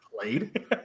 played